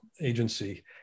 agency